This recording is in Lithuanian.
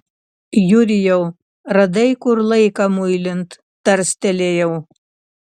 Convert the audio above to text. jurijau radai kur laiką muilint tarstelėjau